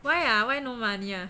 why ah why no money ah